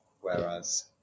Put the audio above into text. Whereas